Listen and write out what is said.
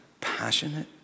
passionate